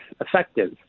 effective